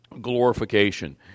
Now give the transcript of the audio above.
glorification